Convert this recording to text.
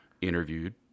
interviewed